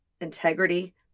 integrity